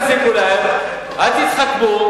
אז אל תזיקו להם, אל תתחכמו.